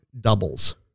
doubles